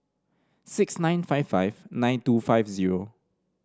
six nine five five nine two five zero